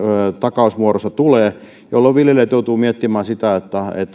takausmuodossa tulee jolloin viljelijät joutuvat miettimään